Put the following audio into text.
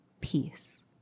peace